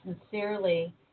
sincerely